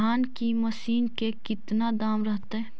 धान की मशीन के कितना दाम रहतय?